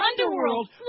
underworld